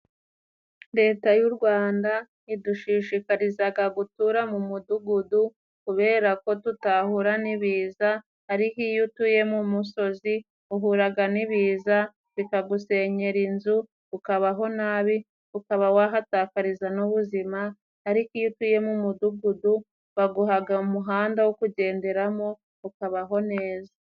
Leta y'u Rwanda idushishikarizaga gutura mu mudugudu. Kubera ko tutahura n'ibiza, ariko iyo utuye mu musozi uhuraga n'ibiza bikagusenyera inzu ukabaho nabi, ukaba wahatakariza n'ubuzima, ariko iyo utuye mu mudugudu baguhaga umuhanda wo kugenderamo ukabaho neza.